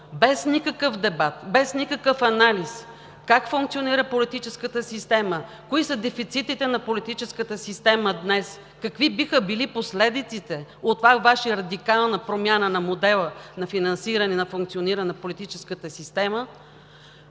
без никакъв дебат, без никакъв анализ как функционира политическата система, кои са дефицитите на политическата система днес, какви биха били последиците от тази Ваша радикална промяна на модела на финансиране, на функциониране на политическата система